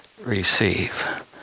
receive